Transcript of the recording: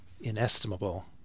inestimable